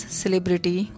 celebrity